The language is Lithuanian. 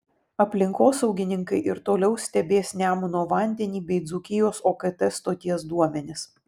aplinkosaugininkai ir toliau stebės nemuno vandenį bei dzūkijos okt stoties duomenis